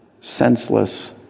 senseless